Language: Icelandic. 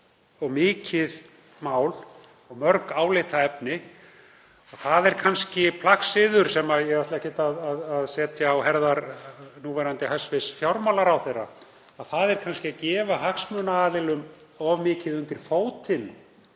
og mikið mál og mörg álitaefni. Það er kannski plagsiður, sem ég ætla ekkert að setja á herðar núverandi hæstv. fjármálaráðherra, að gefa hagsmunaaðilum of mikið undir fótinn